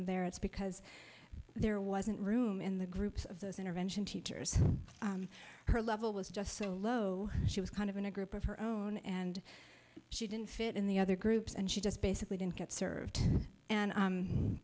it's because there wasn't room in the groups of those intervention teachers her level was just so low she was kind of in a group of her own and she didn't fit in the other groups and she just basically didn't get served and